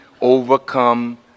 overcome